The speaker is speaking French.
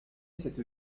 cette